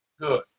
Good